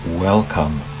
Welcome